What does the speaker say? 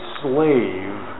slave